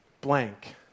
blank